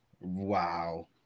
wow